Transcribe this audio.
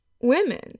women